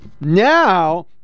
Now